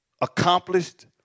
accomplished